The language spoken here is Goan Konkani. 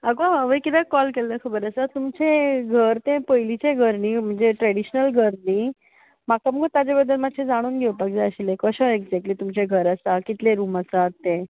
आगो हांवें किद्याक कॉल केल्लो खबर आसा तुमचें घर तें पयलीचें घर न्ही म्हणजें ट्रेडिशनल घर न्ही म्हाका मगो ताज्या बद्दल मातशें जाणून घेवपाक जाय आशिल्लें कशें एजेक्टली तुमचें घर आसा कितलें रूम आसात ते